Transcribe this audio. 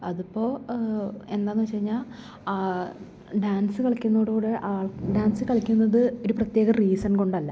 അതിപ്പോൾ എന്താണെന്ന് വെച്ച് കഴിഞ്ഞാൽ ഡാൻസ് കളിക്കുന്നതോടൂകുടെ ആ ഡാൻസ് കളിക്കുന്നത് ഒര് പ്രത്യേക റീസൺ കൊണ്ടല്ല